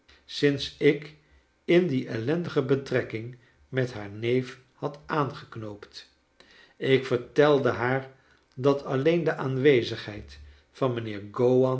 sinds ik in die ellendige betrekking met haar neef had aangeknoopt ik vertelde haar dat alleen de aanwezigheid van mijneer